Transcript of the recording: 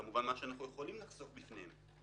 כמובן מה שאנחנו יכולים לחשוף בפניהם.